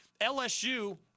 LSU